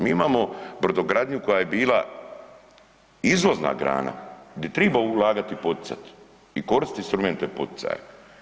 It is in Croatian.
Mi imamo brodogradnju koja je bila izvozna grana gdje triba ulagat i poticat i koristiti instrumente poticaja.